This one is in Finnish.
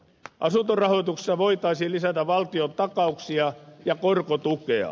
asuntorahoituksessa voitaisiin lisätä valtion takauksia ja korkotukea